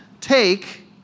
take